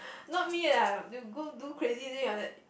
not me lah do go do crazy thing uh